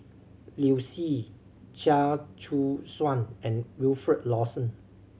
Liu Si Chia Choo Suan and Wilfed Lawson